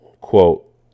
quote